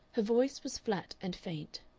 her voice was flat and faint.